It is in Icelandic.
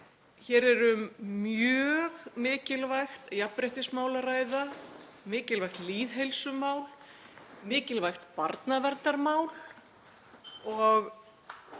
Hér er um mjög mikilvægt jafnréttismál að ræða, mikilvægt lýðheilsumál, mikilvægt barnaverndarmál. Ég